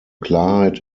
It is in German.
klarheit